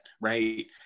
right